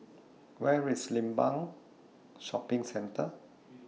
where's Limbang Shopping Centre